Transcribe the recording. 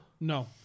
No